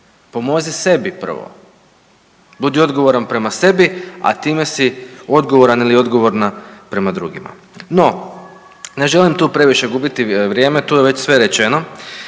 pomozi sebi prvo, budi odgovoran prema sebi, a time si odgovoran ili odgovorna prema drugima. No ne želim tu previše gubiti vrijeme, tu je već sve rečeno.